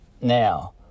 now